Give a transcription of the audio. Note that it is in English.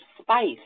spice